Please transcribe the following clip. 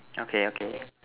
okay okay